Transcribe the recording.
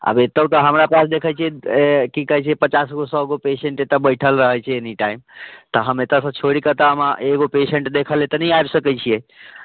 आब एतय तऽ हमरा पास देखै छियै की कहै छै पचास गो सए गो पेसेंट एतौ बैठल रहै छै एनी टाइम तऽ हम एतौसँ छोड़िकऽ तऽ हम एगो पेसेंट देखऽ लए तऽ नहि आबि सकै छियै